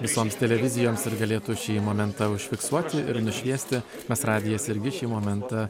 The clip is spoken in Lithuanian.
visoms televizijoms ir galėtų šį momentą užfiksuoti ir nušviesti mes radijas irgi šį momentą